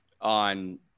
On